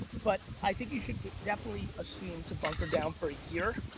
but i think you should definitely assume to bunker down for a year,